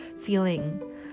feeling